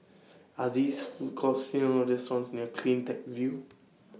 Are These Food Courts sell restaurants near CleanTech View